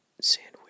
sandwich